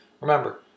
Remember